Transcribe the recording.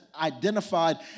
identified